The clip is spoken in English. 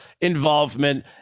involvement